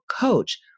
coach